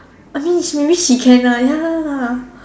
I mean she maybe she can ah ya